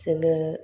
जोङो